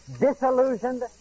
disillusioned